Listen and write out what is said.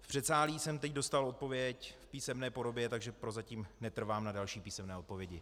V předsálí jsem teď dostal odpověď v písemné podobě, takže prozatím netrvám na další písemné odpovědi.